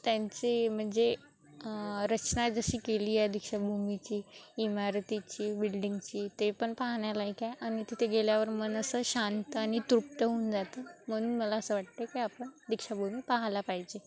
त्यांची म्हणजे रचना जशी केली आहे दीक्षाभूमीची इमारतीची बिल्डिंगची ते पण पाहण्यालायक आहे आणि तिथे गेल्यावर मन असं शांत आणि तृप्त होऊन जातं म्हणून मला असं वाटतं की आपण दीक्षाभूमी पाहायला पाहिजे